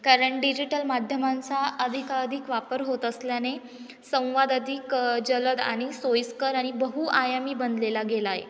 कारण डिजिटल माध्यमांचा अधिकाधिक वापर होत असल्याने संवाद अधिक जलद आणि सोयीस्कर आणि बहु आयामी बनलेला गेला आहे